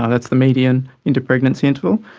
and that's the median inter-pregnancy interval,